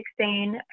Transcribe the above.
2016